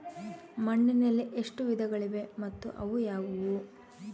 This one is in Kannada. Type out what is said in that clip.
ಮಣ್ಣಿನಲ್ಲಿ ಎಷ್ಟು ವಿಧಗಳಿವೆ ಮತ್ತು ಅವು ಯಾವುವು?